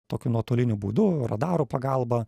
tokiu nuotoliniu būdu radarų pagalba